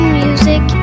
music